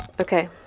Okay